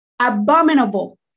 abominable